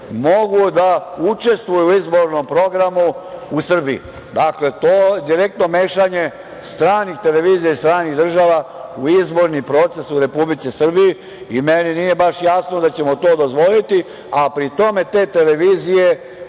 mogu da učestvuju u izbornom programu u Srbiji? Dakle, to direktno mešanje stranih televizija iz stranih država u izborni proces u Republici Srbiji i meni nije baš jasno da ćemo to dozvoliti, a pri tom te televizije